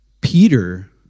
Peter